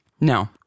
No